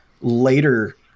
later